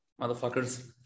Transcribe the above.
motherfuckers